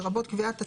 לרבות קביעת תורים,